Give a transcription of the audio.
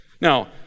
Now